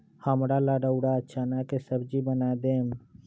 हमरा ला रउरा चना के सब्जि बना देम